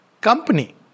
company